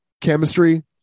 chemistry